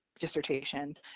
dissertation